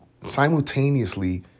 simultaneously